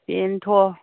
बेनोथ'